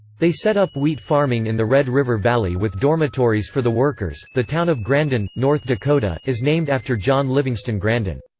they set up wheat farming in the red river valley with dormitories for the workers the town of grandin, north dakota, is named after john livingston grandin.